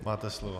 Máte slovo.